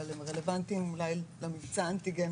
אבל הם רלוונטיים אולי למבצע האנטיגן